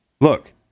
Look